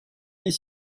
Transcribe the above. his